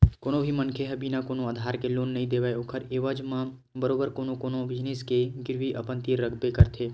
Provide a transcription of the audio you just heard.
कोनो भी बेंक ह बिना कोनो आधार के लोन नइ देवय ओखर एवज म बरोबर कोनो न कोनो जिनिस के गिरवी अपन तीर रखबे करथे